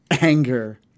anger